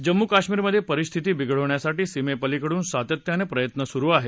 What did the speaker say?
जम्मू कश्मीरमध्ये परिस्थिती बिघडवण्यासाठी सीमेपलीकडून सातत्यानं प्रयत्न सुरू आहेत